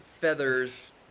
feathers